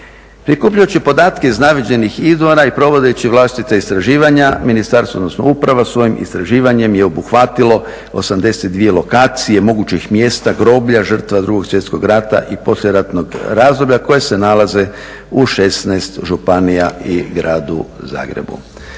Prikupljajući podatke iz navedenih izvora i provodeći vlastita istraživanja ministarstvo, odnosno uprava svojim istraživanjem je obuhvatilo 82 lokacije mogućih mjesta groblja žrtava 2.svjetskog rata i poslijeratnog razdoblja koje se nalaze u 16 županija i Gradu Zagrebu.